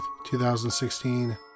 2016